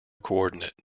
coordinate